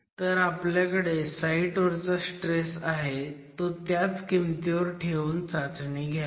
तर आपल्याकडे साईट वरचा स्ट्रेस आहे तो त्याच किमतीवर ठेऊन चाचणी घ्यावी